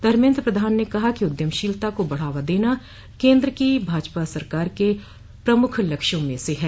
धर्मेन्द्र प्रधान ने कहा कि उद्यम शीलता को बढ़ावा देना केन्द्र की भाजपा सरकार के प्रमुख लक्ष्यों में से है